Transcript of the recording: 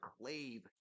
clave